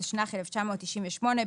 התשנ"ח-1998 (להלן החוק),